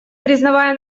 признавая